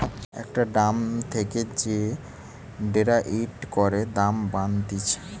একটা দাম থেকে যে ডেরাইভ করে দাম বানাতিছে